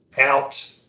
out